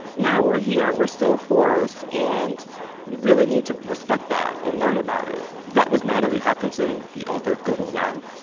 no, we're here. we're still a force. and we really need to respect that and learn about it that was natalie hopkinson, the author of go-go live.